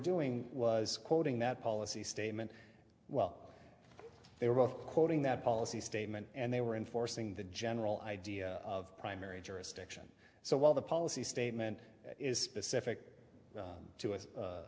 doing was quoting that policy statement well they were both quoting that policy statement and they were enforcing the general idea of primary jurisdiction so while the policy statement is specific to u